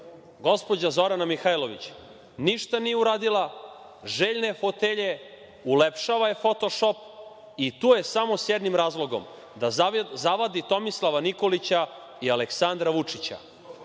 gospođa Zorana Mihajlović ništa nije uradila, željna je fotelje, ulepšava je fotošop i tu je samo s jednim razlogom, da zavadi Tomislava Nikolića i Aleksandra Vučića,